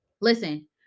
Listen